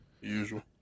usual